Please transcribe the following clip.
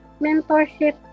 mentorship